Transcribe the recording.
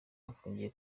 afungiye